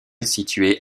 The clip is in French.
situé